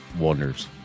wonders